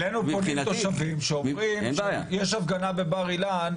אלינו פונים תושבים שאומרים שכשיש הפגנה בבר אילן,